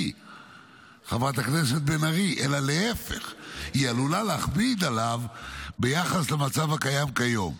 היא עלולה להכביד עליו ביחס למצב הקיים כיום.